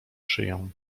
szyję